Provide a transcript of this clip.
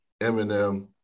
Eminem